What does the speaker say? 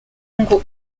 ngo